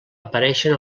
apareixen